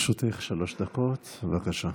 לרשותך שלוש דקות, בבקשה.